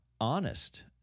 honest